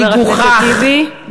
חבר הכנסת טיבי.